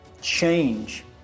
change